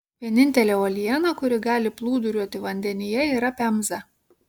vienintelė uoliena kuri gali plūduriuoti vandenyje yra pemza